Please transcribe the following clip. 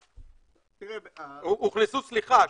סליחה,